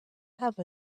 have